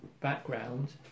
background